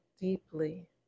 deeply